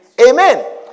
Amen